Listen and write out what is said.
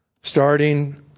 starting